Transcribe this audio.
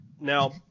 now